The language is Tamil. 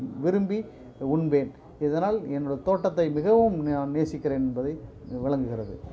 விரும்பி உண்பேன் இதனால் என்னுடைய தோட்டத்தை மிகவும் நான் நேசிக்கிறேன் என்பதை வழங்குகிறது